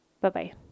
Bye-bye